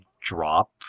drop